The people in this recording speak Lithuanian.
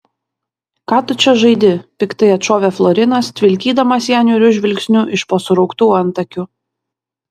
ką tu čia žaidi piktai atšovė florinas tvilkydamas ją niūriu žvilgsniu iš po surauktų antakių